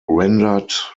rendered